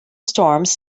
storms